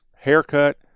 haircut